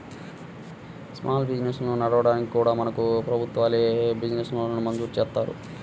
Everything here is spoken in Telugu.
స్మాల్ బిజినెస్లను నడపడానికి కూడా మనకు ప్రభుత్వాలే బిజినెస్ లోన్లను మంజూరు జేత్తన్నాయి